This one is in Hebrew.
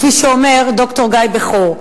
כפי שאומר ד"ר גיא בכור.